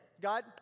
God